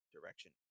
direction